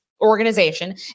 organization